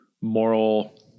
moral